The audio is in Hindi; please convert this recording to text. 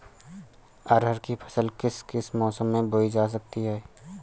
अरहर की फसल किस किस मौसम में बोई जा सकती है?